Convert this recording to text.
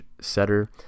setter